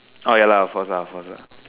oh ya lah of course of course lah